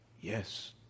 yes